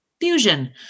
Fusion